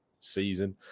season